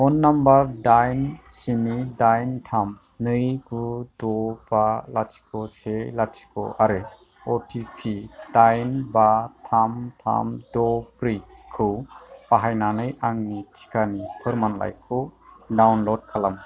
phone number दाइन स्नि दाइन थाम नै गु द' बा लाथिख' से लाथिख' आरो अ टि पि दाइन बा थाम थाम द' ब्रैखौ बाहायनानै आंनि टिकानि फोरमानलाइखौ डाउनल'ड खालाम